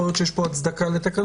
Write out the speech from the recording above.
יכול להיות שיש הצדקה לתקנות.